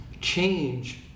change